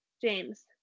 James